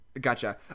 Gotcha